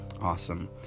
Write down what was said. awesome